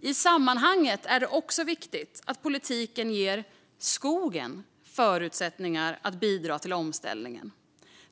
I sammanhanget är det också viktigt att politiken ger skogen förutsättningar att bidra till omställningen.